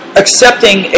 accepting